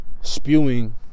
Spewing